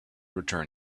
return